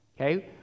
okay